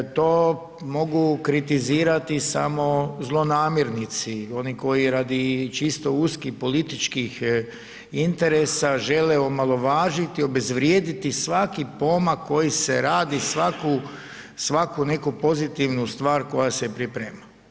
To mogu kritizirati samo zlonamjernici, oni koji radi čisto uskih političkih interesa žele omalovažiti, obezvrijediti svaki pomak koji se radi svaku neku pozitivnu stvar koja se priprema.